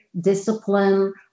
discipline